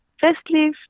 Firstly